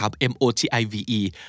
M-O-T-I-V-E